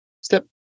step